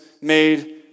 made